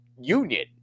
union